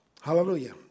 Hallelujah